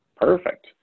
Perfect